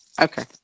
Okay